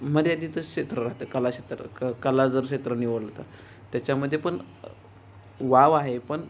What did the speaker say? मर्यादितच क्षेत्र राहतं कलाक्षेत्र कला जर क्षेत्र निवडलं तर त्याच्यामध्ये पण वाव आहे पण